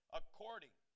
according